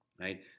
right